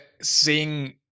seeing